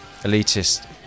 elitist